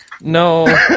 No